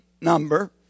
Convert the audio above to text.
number